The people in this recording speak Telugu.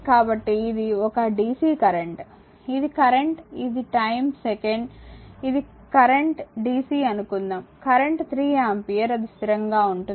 కాబట్టి ఇది ఒక డిసి కరెంట్ ఇది కరెంట్ ఇది టైమ్ సెకండ్ ఇది కరెంట్ డిసి అనుకుందాం కరెంట్ 3 ఆంపియర్ అది స్థిరంగా ఉంటుంది